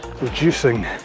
reducing